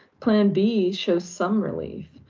plan b shows some relief.